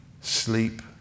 sleep